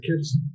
kids